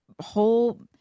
whole